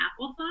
applesauce